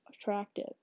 attractive